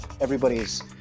everybody's